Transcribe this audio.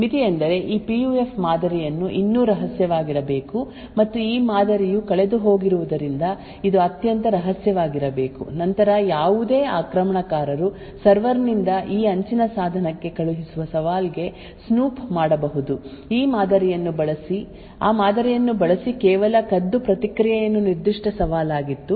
ಮಿತಿಯೆಂದರೆ ಈ ಪಿಯುಎಫ್ ಮಾದರಿಯನ್ನು ಇನ್ನೂ ರಹಸ್ಯವಾಗಿಡಬೇಕು ಮತ್ತು ಈ ಮಾದರಿಯು ಕಳೆದುಹೋಗಿರುವುದರಿಂದ ಇದು ಅತ್ಯಂತ ರಹಸ್ಯವಾಗಿರಬೇಕು ನಂತರ ಯಾವುದೇ ಆಕ್ರಮಣಕಾರರು ಸರ್ವರ್ ನಿಂದ ಆ ಅಂಚಿನ ಸಾಧನಕ್ಕೆ ಕಳುಹಿಸುವ ಸವಾಲಿಗೆ ಸ್ನೂಪ್ ಮಾಡಬಹುದು ಆ ಮಾದರಿಯನ್ನು ಬಳಸಿ ಕೇವಲ ಕದ್ದು ಪ್ರತಿಕ್ರಿಯೆಯನ್ನು ನಿರ್ದಿಷ್ಟ ಸವಾಲಾಗಿತ್ತು